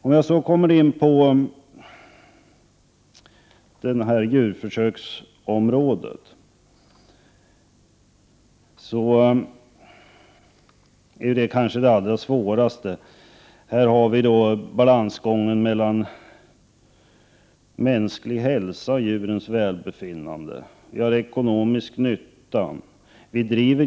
Om jag går in på djurförsöksområdet, vill jag säga att det kanske är det allra svåraste området. Här är det en balansgång mellan mänsklig hälsa, djurens välbefinnande och ekonomisk nytta.